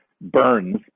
burns